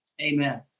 Amen